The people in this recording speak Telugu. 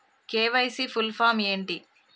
కే.వై.సీ ఫుల్ ఫామ్ ఏంటి?